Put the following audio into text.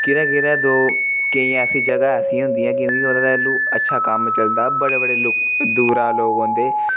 किदै किदै दो केईं ऐसी जगह ऐसियां होन्दिया क्योंकि ओह्दा तैल्लू अच्छा कम चलदा बड़े बड़े लोक दूरा लोक औन्दे